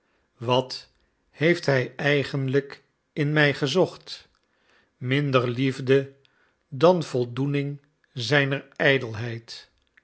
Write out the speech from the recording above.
wat heeft hij eigenlijk in mij gezocht minder liefde dan voldoening zijner